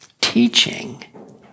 Teaching